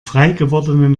freigewordenen